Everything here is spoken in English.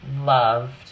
loved